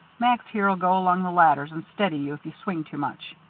max here'll go along the ladders and steady you if you swing too much.